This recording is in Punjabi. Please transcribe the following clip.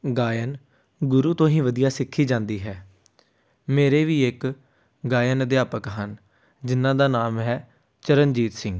ਗਾਇਨ ਗੁਰੂ ਤੋਂ ਹੀ ਵਧੀਆ ਸਿੱਖੀ ਜਾਂਦੀ ਹੈ ਮੇਰੇ ਵੀ ਇੱਕ ਗਾਇਨ ਅਧਿਆਪਕ ਹਨ ਜਿਨ੍ਹਾਂ ਦਾ ਨਾਮ ਹੈ ਚਰਨਜੀਤ ਸਿੰਘ